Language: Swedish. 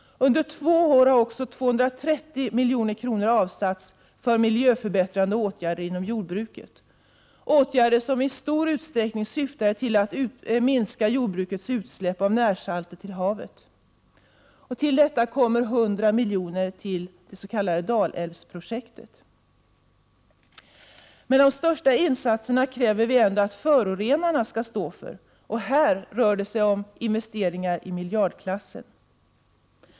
Under två år har också 230 milj.kr. avsatts för miljöförbättrande åtgärder inom jordbruket, åtgärder som i stor utsträckning syftade till att minska jordbrukets utsläpp av närsalter till havet. Därtill kommer 100 milj.kr. till det s.k. Dalälvsprojektet. Men de största insatserna kräver vi ändå att förorenaren skall stå för, och här rör det sig om investeringar i miljardklassen.